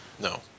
No